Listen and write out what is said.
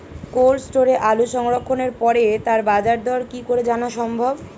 Cold স্টোরে আলু সংরক্ষণের পরে তার বাজারদর কি করে জানা সম্ভব?